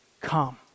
Come